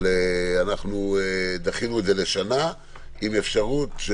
אבל דחינו את זה לשנה עם אפשרות,